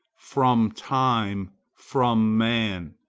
from time, from man,